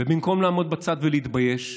ובמקום לעמוד בצד ולהתבייש,